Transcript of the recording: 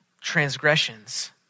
transgressions